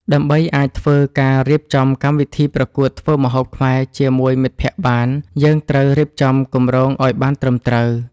ដើម្បីអាចធ្វើការរៀបចំកម្មវិធីប្រកួតធ្វើម្ហូបខ្មែរជាមួយមិត្តភក្តិបាន យើងត្រូវរៀបចំគម្រោងឲ្យបានត្រឹមត្រូវ។